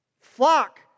Flock